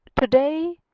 today